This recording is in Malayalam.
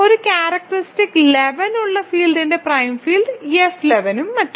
ഒരു ക്യാരക്റ്ററിസ്റ്റിക് 11 ഉള്ള ഫീൽഡിന്റെ പ്രൈം ഫീൽഡ് F 11 ഉം മറ്റും